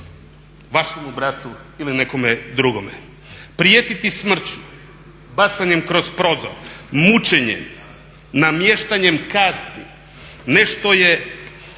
vašemu bratu ili nekome drugome. Prijetiti smrću bacanjem kroz prozor, mučenje, namještanjem …, nešto je